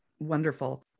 Wonderful